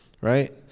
right